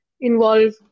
involve